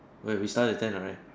wait we started at ten right